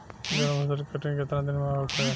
गर्मा फसल के कटनी केतना दिन में होखे?